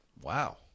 Wow